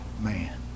man